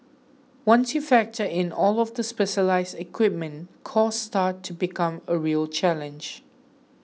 once you factor in all of the specialised equipment cost starts to become a real challenge